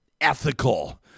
ethical